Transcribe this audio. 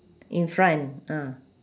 in front ah